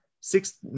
six